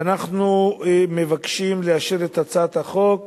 ואנחנו מבקשים לאשר את הצעת החוק